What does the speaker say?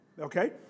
okay